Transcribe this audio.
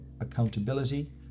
accountability